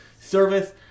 service